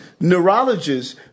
neurologists